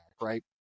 right